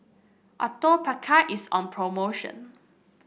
Atopiclair is on promotion